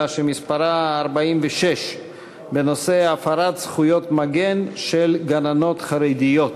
שמספרה 46 בנושא: הפרת זכויות-מגן של גננות חרדיות.